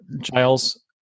Giles